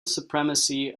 supremacy